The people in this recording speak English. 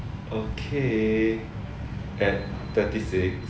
okay at thirty six